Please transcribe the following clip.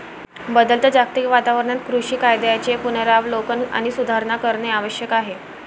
बदलत्या जागतिक वातावरणात कृषी कायद्यांचे पुनरावलोकन आणि सुधारणा करणे आवश्यक आहे